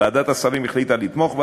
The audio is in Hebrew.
ועדת השרים החליטה לתמוך בה,